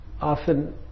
often